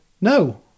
no